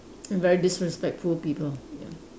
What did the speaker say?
and very disrespectful people ya